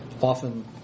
often